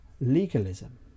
legalism